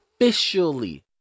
officially